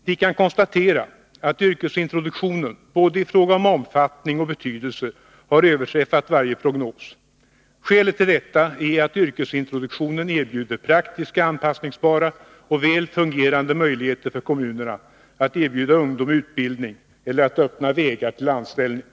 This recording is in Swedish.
Vi kan konstatera att yrkesintroduktionen i fråga om både omfattning och betydelse har överträffat varje prognos. Skälet till detta är att yrkesintroduktionen innebär praktiska, anpassningsbara och väl fungerande möjligheter för kommunerna att erbjuda ungdom utbildning eller att öppna vägar till anställning.